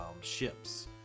ships